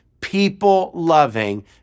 people-loving